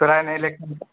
तोरा एने इलेक्शन